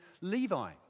Levi